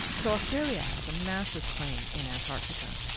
so australia has a massive claim in antarctica.